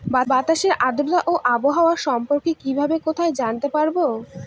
বাতাসের আর্দ্রতা ও আবহাওয়া সম্পর্কে কিভাবে কোথায় জানতে পারবো?